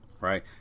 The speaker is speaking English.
right